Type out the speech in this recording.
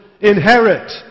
inherit